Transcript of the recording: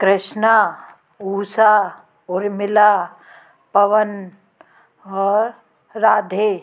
कृष्णा उषा उर्मिला पवन और राधे